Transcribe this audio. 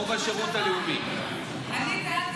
אני אומר,